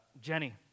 Jenny